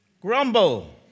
grumble